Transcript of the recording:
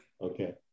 Okay